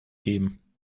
geben